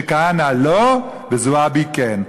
שכהנא לא וזועבי כן.